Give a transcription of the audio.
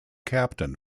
captain